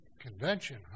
convention